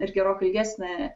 ir gerokai ilgesnę